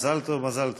מזל טוב, מזל טוב.